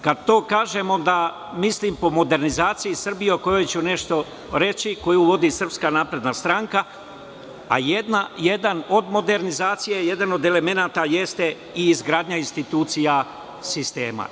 Kad to kažem onda mislim po modernizaciji Srbije o kojoj ću nešto reći, koju vodi SNS, a jedan od modernizacije, jedan od elemenata jeste i izgradnja institucija sistema.